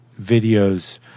videos